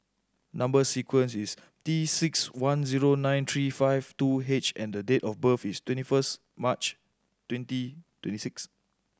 number sequence is T six one zero nine three five two H and date of birth is twenty first March twenty twenty six